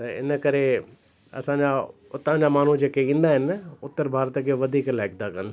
त इन करे असांजा उतां जा माण्हू जेके ईंदा आहिनि उत्तर भारत खे वधीक लाइक था कनि